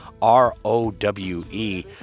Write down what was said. R-O-W-E